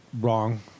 wrong